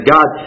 God